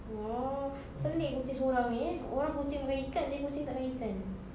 oh pelik kucing seorang ini eh orang kucing makan ikan dia kucing tak makan ikan